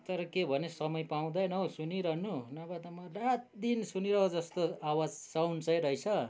तर के भने समय पाउँदैन हौ सुनिरहनु नभए त म त रातदिन सुनिरहूँ जस्तो आवाज साउन्ड चाहिँ रहेछ